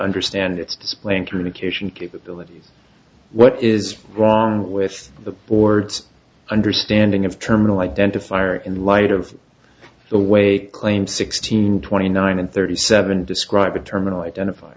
understand its plain communication capability what is wrong with the board's understanding of terminal identifier in light of the way claimed sixteen twenty nine and thirty seven describe a terminal identif